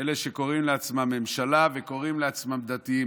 אלה שקוראים לעצמם ממשלה וקוראים לעצמם דתיים,